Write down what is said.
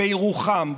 בירוחם,